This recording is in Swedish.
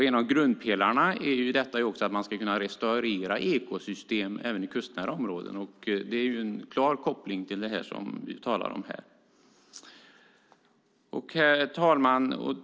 En av grundpelarna är att man ska kunna restaurera ekosystem även i kustnära områden. Det har en klar koppling till det vi talar om här. Herr talman!